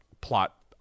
plot